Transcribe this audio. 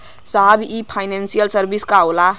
साहब इ financial service का होला?